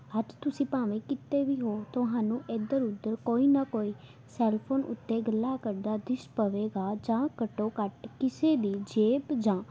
ਅੱਜ ਤੁਸੀਂ ਭਾਵੇਂ ਕਿਤੇ ਵੀ ਹੋਵੇ ਤੁਹਾਨੂੰ ਇੱਧਰ ਉੱਧਰ ਕੋਈ ਨਾ ਕੋਈ ਸੈੱਲਫ਼ੋਨ ਉੱਤੇ ਗੱਲਾਂ ਕਰਦਾ ਦਿਸ ਪਵੇਗਾ ਜਾਂ ਘੱਟੋ ਘੱਟ ਕਿਸੇ ਦੀ ਜੇਬ ਜਾਂ